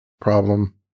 problem